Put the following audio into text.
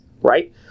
right